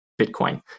Bitcoin